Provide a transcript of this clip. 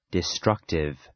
Destructive